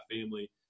family